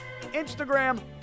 Instagram